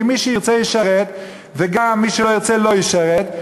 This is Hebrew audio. כי מי שירצה ישרת וגם מי שלא ירצה לא ישרת,